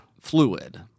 fluid